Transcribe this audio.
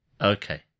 Okay